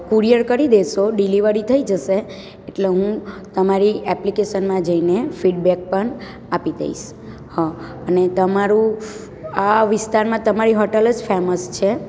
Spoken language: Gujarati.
કુરીઅર કરી દેશો ડિલિવરી થઈ જશે એટલે હું તમારી એપ્લિકેશનમાં જઈને ફીડબેક પણ આપી દઈશ હં અને તમારું આ વિસ્તારમાં તમારી હોટેલ જ ફેમસ છે